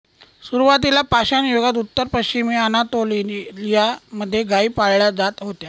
सुरुवातीला पाषाणयुगात उत्तर पश्चिमी अनातोलिया मध्ये गाई पाळल्या जात होत्या